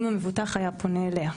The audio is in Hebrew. אם המבוטח היה פונה אליה.